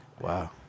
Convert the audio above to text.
Wow